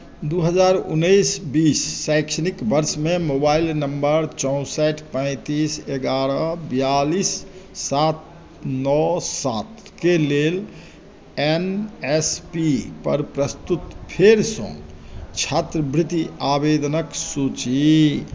दू हजार उन्नैस बीस शैक्षणिक वर्षमे मोबाइल नम्बर चौंसठि पैंतीस एगारह बियालिस सात नओ सातके लेल एनएसपीपर प्रस्तुत फेरसँ छात्रवृत्ति आवेदनक सूची